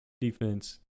defense